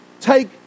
take